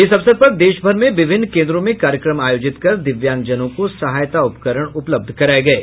इस अवसर पर देश भर में विभिन्न केन्द्रों में कार्यक्रम आयोजित कर दिव्यांगजनों को सहायता उपकरण उपलब्ध कराये गये